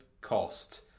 cost